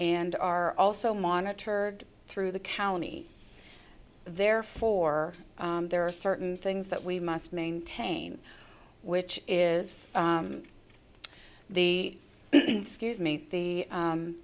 and are also monitor through the county therefore there are certain things that we must maintain which is the scuse me the